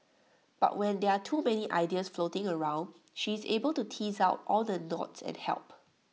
but when there are too many ideas floating around she is able to tease out all the knots and help